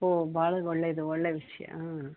ಓ ಭಾಳ ಒಳ್ಳೇದು ಒಳ್ಳೆ ವಿಷಯ ಹಾಂ